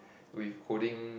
with holding